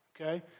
okay